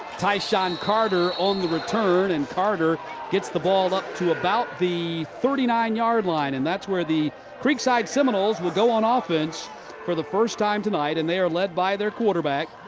tysean carter on the return. and carter gets the ball up to about the thirty nine yard line, and where the creekside seminoles will go on ah offense for the first time tonight and they are led by their quarterback,